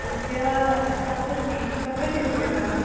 तस्य सप्ततिः सप्ततिः रूप्यकाणि